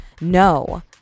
No